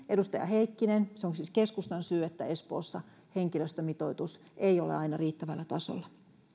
edustaja heikkinen on keskustan syy että espoossa henkilöstömitoitus ei ole aina riittävällä tasolla